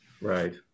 Right